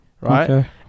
right